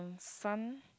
sun